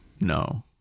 no